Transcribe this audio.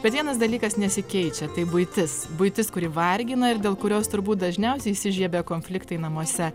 bet vienas dalykas nesikeičia tai buitis buitis kuri vargina ir dėl kurios turbūt dažniausiai įsižiebia konfliktai namuose